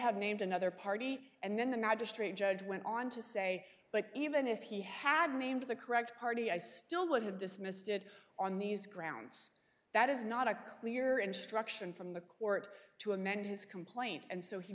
have named another party and then the magistrate judge went on to say but even if he had named the correct party i still would have dismissed it on these grounds that is not a clear instruction from the court to amend his complaint and so he